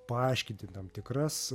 paaiškinti tam tikras